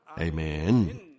Amen